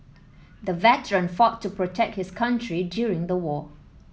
the veteran fought to protect his country during the war